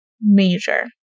major